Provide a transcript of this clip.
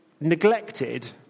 neglected